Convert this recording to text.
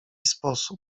sposób